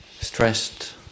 stressed